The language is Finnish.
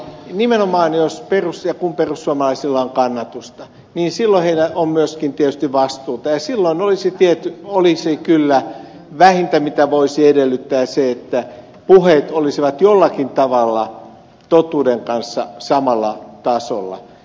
nimenomaan jos ja kun perussuomalaisilla on kannatusta silloin heillä on myöskin tietysti vastuuta ja silloin kyllä vähintä mitä voisi edellyttää olisi se että puheet olisivat jollakin tavalla totuuden kanssa samalla tasolla